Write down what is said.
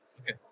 Okay